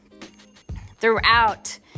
throughout